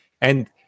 And-